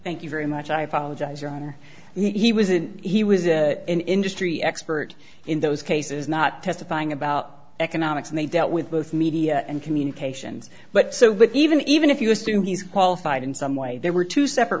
thank you very much i apologize your honor he was and he was an industry expert in those cases not testifying about economics and they dealt with both media and communications but so but even even if you assume he's qualified in some way there were two separate